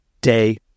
day